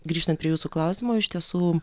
grįžtant prie jūsų klausimo iš tiesų